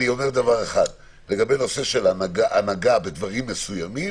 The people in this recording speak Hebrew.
לגבי נושא של הנהגה בדברים מסוימים,